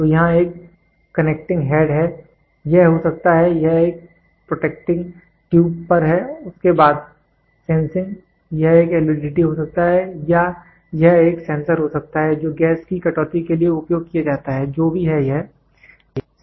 तो यहाँ एक कनेक्टिंग हेड है यह हो सकता है यह एक प्रोटेक्टिंग ट्यूब पर है उसके बाद सेंसिंग यह एक LVDT हो सकता है या यह एक सेंसर हो सकता है जो गैस की कटौती के लिए उपयोग किया जाता है जो भी है यह सही है